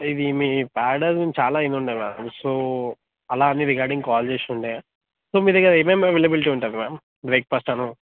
ఇది మీ ప్యారడైస్ నేను చాలా విని ఉండే మ్యాడమ్ సో అలా అని రిగార్డింగ్ కాల్ చేసుండే సో మీ దగ్గర ఏమేమి అవైలబిలిటీ ఉంటుంది మ్యామ్ బ్రేక్ఫాస్ట్ అని